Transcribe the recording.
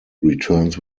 returns